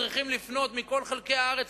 וצריכים לפנות מכל חלקי הארץ,